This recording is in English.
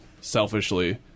selfishly